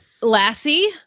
Lassie